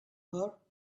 her